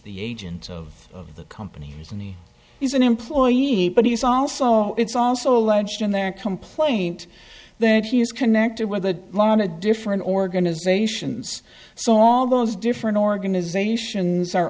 the agents of the company is an employee but he's also it's also alleged in their complaint that he is connected with a lot of different organizations so all those different organizations are